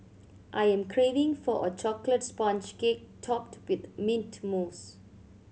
I am craving for a chocolate sponge cake topped with mint mousse